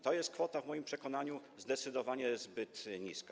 To jest kwota w moim przekonaniu zdecydowanie zbyt niska.